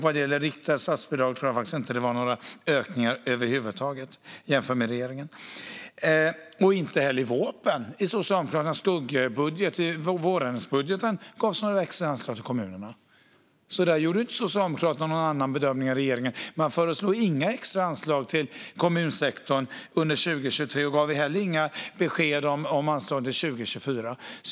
Vad gäller riktade statsbidrag tror jag faktiskt inte att det var några ökningar över huvud taget jämfört med regeringen. Inte heller i Socialdemokraternas skuggbudget när det gäller vårändringsbudgeten gavs det några extra anslag till kommunerna. Där gjorde Socialdemokraterna inte någon annan bedömning än regeringen. Man föreslog inga extra anslag till kommunsektorn under 2023 och gav heller inga besked om anslag för 2024.